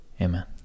Amen